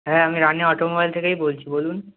হ্যাঁ আমি রানি অটোমোবাইল থেকেই বলছি বলুন